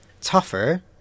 tougher